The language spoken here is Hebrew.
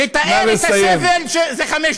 לתאר את הסבל זה,